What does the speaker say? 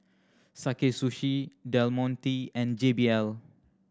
Sakae Sushi Del Monte and J B L